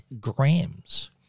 grams